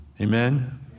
Amen